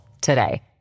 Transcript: today